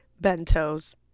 Bento's